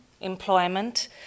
employment